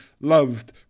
loved